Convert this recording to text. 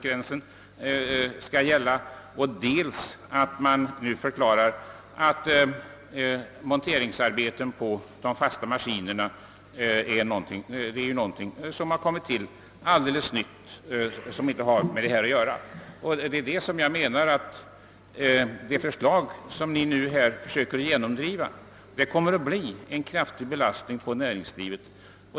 Vidare har tillkommit som något helt nytt monteringsarbeten på fasta maskiner. Det förslag som ni försöker genomdriva skulle innebära en kraftig belastning på näringslivet.